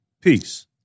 Peace